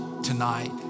tonight